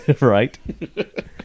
Right